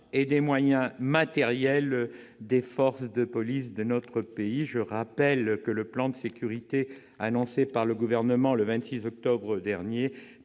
humains et matériels des forces de police de notre pays. Je le rappelle, le plan de sécurité annoncé par le Gouvernement le 26 octobre dernier